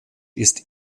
ist